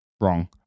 wrong